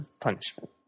punishment